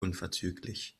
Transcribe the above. unverzüglich